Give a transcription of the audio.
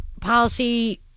policy